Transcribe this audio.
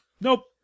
Nope